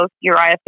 Uriah